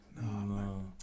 No